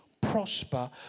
prosper